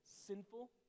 sinful